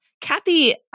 Kathy